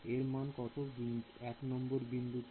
এর মান কত বিন্দু 1 এ